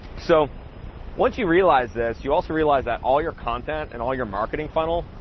so once, you realize this, you also realize that all your content, and all your marketing funnel,